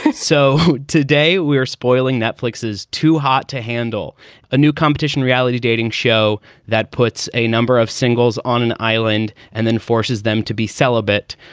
so today we're spoiling. netflix is too hot to handle a new competition reality dating show that puts a number of singles on an island and then forces them to be celibate,